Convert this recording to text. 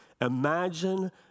Imagine